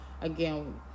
Again